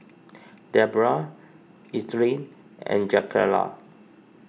Deborah Ethelyn and Jakayla